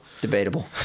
Debatable